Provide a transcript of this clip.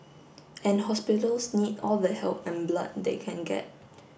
and hospitals need all the help and blood they can get